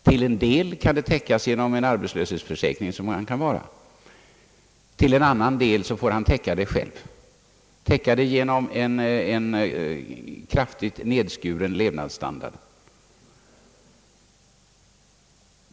Till en del kan kostnaderna täckas genom en arbetslöshetsförsäkring, som han kan ha, till en annan del får han täcka dem själv genom kraftigt nedskuren levnadsstandard.